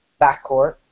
backcourt